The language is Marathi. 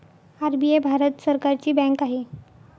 आर.बी.आय भारत सरकारची बँक आहे